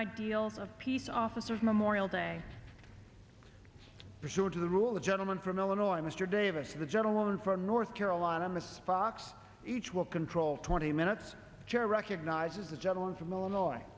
of peace officers memorial day pursuant to the rule the gentleman from illinois mr davis the gentleman from north carolina mrs fox each will control twenty minutes jerry recognizes the gentleman from illinois